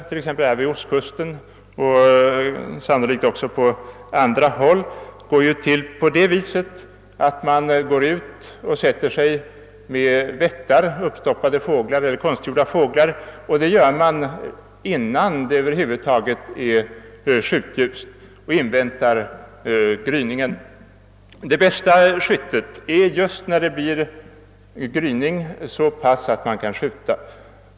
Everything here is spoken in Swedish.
Här vid ostkusten och sannolikt även på andra håll bedrivs ju den jakten på det viset, att man går ut och sätter sig med vettar, uppstoppade eller konstgjorda fåglar, innan det över huvud taget är skjutljust. Man inväntar gryningen, och det bästa skyttet har man just när det blir så pass mycket gryning att man kan skjuta.